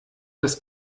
das